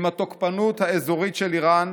עם התוקפנות האזורית של איראן,